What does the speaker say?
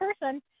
person